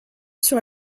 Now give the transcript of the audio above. sur